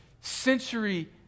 century